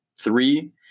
three